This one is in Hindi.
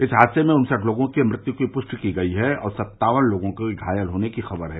इस हादसे में उनसठ लोंगों की मृत्यु की पुष्टि की गयी है और सत्तावन लोगों के घायल होने की खबर है